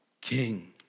king